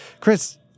Chris